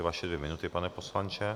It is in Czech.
Vaše dvě minuty, pane poslanče.